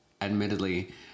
admittedly